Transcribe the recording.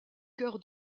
cœur